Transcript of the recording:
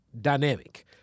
dynamic